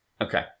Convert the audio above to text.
Okay